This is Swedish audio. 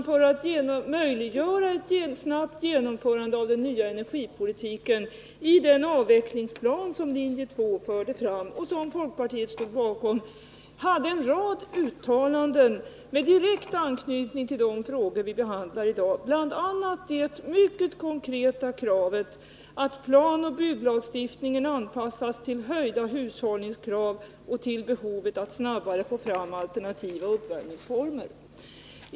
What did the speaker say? För att möjliggöra ett snabbt genomförande av den nya energipolitiken fanns det i den avvecklingsplan som linje 2 förde fram och som folkpartiet stod bakom en rad uttalanden med direkt anknytning till de frågor vi behandlar i dag, bl.a. det mycket konkreta kravet att planoch bygglagstiftningen skall anpassas till höjda hushållningskrav och till ett behov att snabbt få fram alternativa uppvärmningsformer.